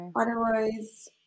Otherwise